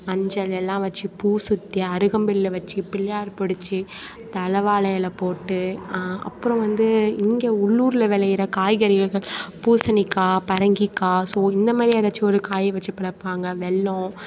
மஞ்சள் எல்லாம் வச்சு பூ சுற்றி அருகம்புல்லை வச்சு பிள்ளையார் பிடிச்சி தலைவாழ இல போட்டு அப்புறம் வந்து இங்கே உள்ளூரில் விளையிற காய்கறிகள் பூசணிக்காய் பரங்கிக்காய் ஸோ இந்த மாதிரி எதாச்சும் ஒரு காய் வச்சு படைப்பாங்க வெல்லம்